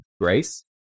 Grace